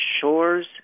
shores